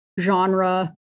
genre